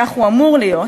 כך הוא אמור להיות.